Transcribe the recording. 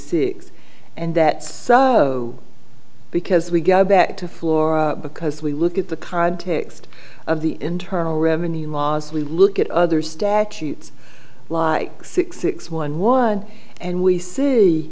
six and that so because we go back to flora because we look at the card text of the internal revenue models we look at other statutes like six six one one and we see